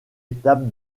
étape